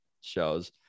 shows